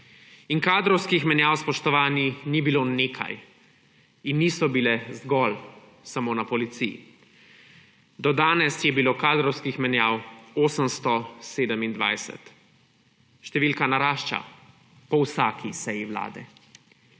In kadrovskih menjav, spoštovani, ni bilo nekaj in niso bile zgolj samo na policiji. Do danes je bilo kadrovskih menjav 827. Številka narašča po vsaki seji vlade.